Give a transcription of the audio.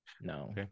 no